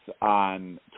on